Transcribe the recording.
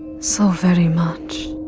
so very much.